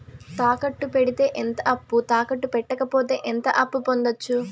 తాకట్టు పెడితే ఎంత అప్పు, తాకట్టు పెట్టకపోతే ఎంత అప్పు పొందొచ్చు?